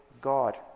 God